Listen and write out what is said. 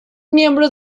miembros